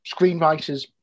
screenwriters